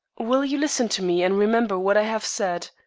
will you listen to me and remember what i have said?